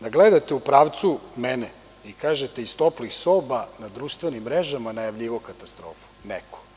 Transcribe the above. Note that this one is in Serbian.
Da gledate u pravcu mene i kažete – iz toplih soba, na društvenim mrežama najavljivao katastrofu, neko.